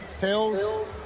Tails